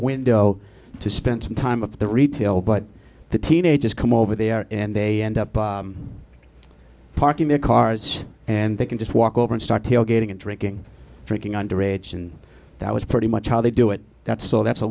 window to spend some time of the retail but the teenagers come over there and they end up parking their cars and they can just walk over and start tailgating and drinking drinking underage and that was pretty much how they do it that's so that's a